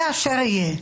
תהא אשר תהא.